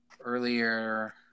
earlier